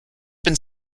been